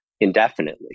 indefinitely